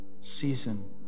season